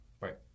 right